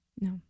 No